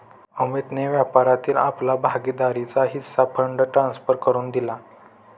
अमितने व्यापारातील आपला भागीदारीचा हिस्सा फंड ट्रांसफर करुन दिला